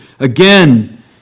Again